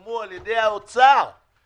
שפורסמו על ידי משרד האוצר